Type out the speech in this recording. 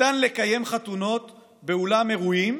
ניתן לקיים חתונות באולם אירועים,